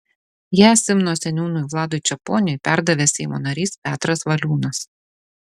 ją simno seniūnui vladui čeponiui perdavė seimo narys petras valiūnas